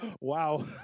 Wow